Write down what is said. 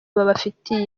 babafitiye